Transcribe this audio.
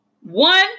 one